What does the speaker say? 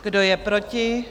Kdo je proti?